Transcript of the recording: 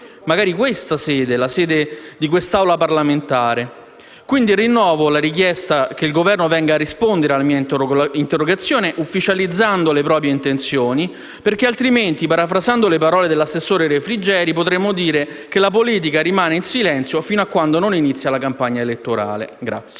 magari in quest'Assemblea parlamentare. Rinnovo quindi la richiesta che il Governo venga a rispondere alla mia interrogazione ufficializzando le proprie intenzioni, perché altrimenti, parafrasando le parole dell'assessore Refrigeri, potremmo dire che la politica rimane in silenzio fino a quando non inizia la campagna elettorale.